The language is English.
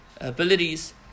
abilities